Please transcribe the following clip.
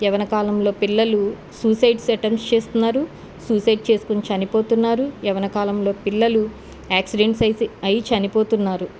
యవ్వన కాలంలో పిల్లలు సూసైడ్స్ ఎటెమ్స్ చేస్తున్నారు సూసైడ్ చేసుకొని చనిపోతున్నారు యవ్వన కాలంలో పిల్లలు యాక్సిడెంట్స్ అయ్యి చనిపోతున్నారు